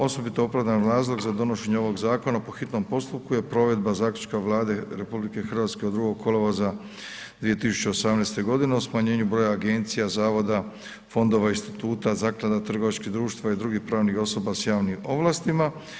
Osobito opravdan razlog za donošenje ovog zakona po hitnom postupku je provedba zaključka Vlade RH od 2. kolovoza 2018. godine o smanjenju broja agencija, zavoda, fondova, instituta, zaklada, trgovačkih društva i drugih pravnih osoba sa javnim ovlastima.